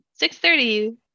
630